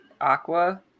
aqua